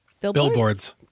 Billboards